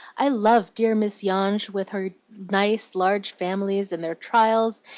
i love dear miss yonge, with her nice, large families, and their trials,